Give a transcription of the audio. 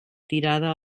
tirada